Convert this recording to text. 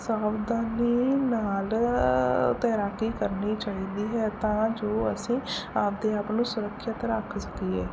ਸਾਵਧਾਨੀ ਨਾਲ ਤੈਰਾਕੀ ਕਰਨੀ ਚਾਹੀਦੀ ਹੈ ਤਾਂ ਜੋ ਅਸੀਂ ਆਪਣੇ ਆਪ ਨੂੰ ਸੁਰੱਖਿਅਤ ਰੱਖ ਸਕੀਏ